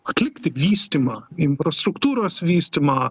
atlikti vystymą infrastruktūros vystymą